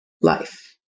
life